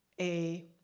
a,